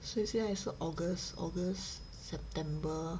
现在是 august august september